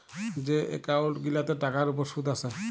যে এক্কাউল্ট গিলাতে টাকার উপর সুদ আসে